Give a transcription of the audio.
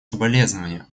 соболезнования